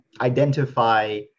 identify